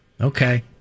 Okay